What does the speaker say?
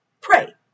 Pray